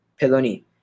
Peloni